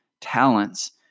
talents